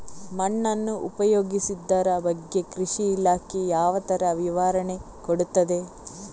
ಮಣ್ಣನ್ನು ಉಪಯೋಗಿಸುದರ ಬಗ್ಗೆ ಕೃಷಿ ಇಲಾಖೆ ಯಾವ ತರ ವಿವರಣೆ ಕೊಡುತ್ತದೆ?